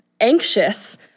anxious—